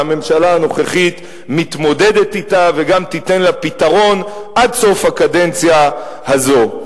והממשלה הנוכחית מתמודדת אתה וגם תיתן לה פתרון עד סוף הקדנציה הזאת.